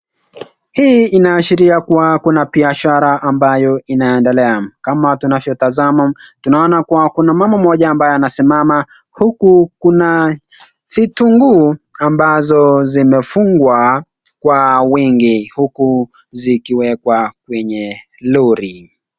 Hii inaashiria kuwa kuna biashara ambayo inaendelea , kama tunavyotazama, tunaona kuwa kuna mama mmoja ambaye anasimama huku kuna vitunguu ambazo zimefungwa kwa wingi huku zikiwekwa kwenye lori.